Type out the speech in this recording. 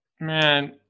Man